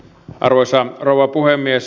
arvoisa rouva puhemies